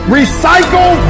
recycle